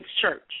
Church